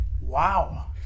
Wow